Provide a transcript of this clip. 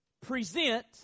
present